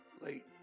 late